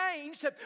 changed